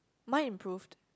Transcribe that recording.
mine improved